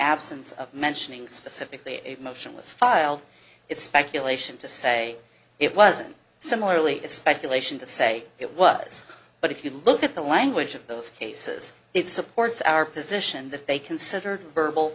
absence of mentioning specifically a motion was filed it's speculation to say it wasn't similarly it's speculation to say it was but if you look at the language of those cases it supports our position that they considered verbal